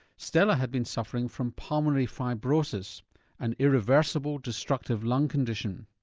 stella had been suffering from pulmonary fibrosis an irreversible, destructive lung condition.